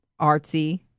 artsy